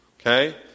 okay